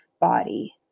body